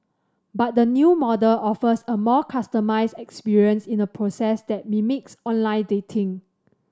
but the new model offers a more customised experience in a process that mimics online dating